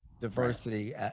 diversity